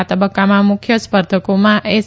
આ તબક્કામાં મુખ્ય સ્પર્ધકોમાં એસ